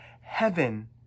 heaven